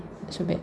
not so bad